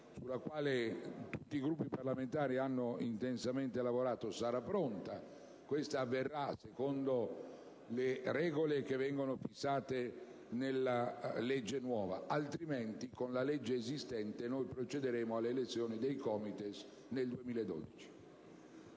alla quale tutti i Gruppi parlamentari hanno intensamente lavorato, sarà pronta, questo avverrà secondo le regole che verranno stabilite con la nuova legge, altrimenti con la legge esistente procederemo all'elezione dei COMITES nel 2012.